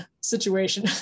situation